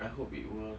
I hope it will